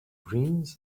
greens